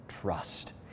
trust